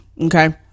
Okay